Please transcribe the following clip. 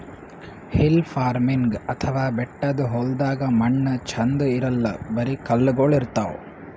hill farming ಅಥವಾ ಬೆಟ್ಟದ್ ಹೊಲ್ದಾಗ ಮಣ್ಣ್ ಛಂದ್ ಇರಲ್ಲ್ ಬರಿ ಕಲ್ಲಗೋಳ್ ಇರ್ತವ್